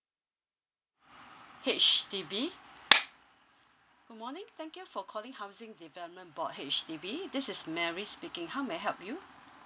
H_D_B good morning thank you for calling housing development board H_D_B this is mary speaking how may I help you